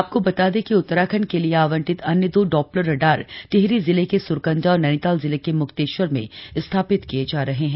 आपको बता दें कि उत्तराखंड के लिए आवंटित अन्य दो डॉप्लर रडार टिहरी जिले के स्रकंडा और नैनीताल जिले के मुक्तेश्वर में स्थापित किये जा रहे हैं